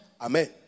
Amen